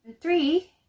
three